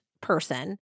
person